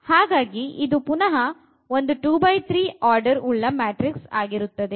ಹಾಗಾಗಿ ಇದು ಪುನಃ ಒಂದು 2x3 ಆರ್ಡರ್ ಉಳ್ಳ ಮ್ಯಾಟ್ರಿಕ್ಸ್ ಆಗಿರುತ್ತದೆ